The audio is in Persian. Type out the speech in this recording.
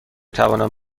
توانم